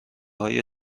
های